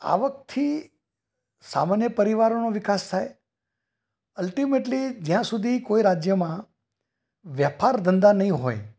આવકથી સામાન્ય પરિવારોનો વિકાસ થાય અલ્ટિમેટલી જયાં સુધી કોઈ રાજયમાં વ્યાપાર ધંધા નહીં હોય